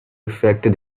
affect